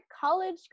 college